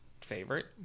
favorite